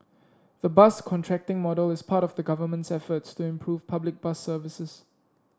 the bus contracting model is part of the Government's efforts to improve public bus services